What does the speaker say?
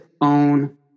own